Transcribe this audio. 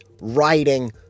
writing